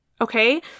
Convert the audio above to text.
Okay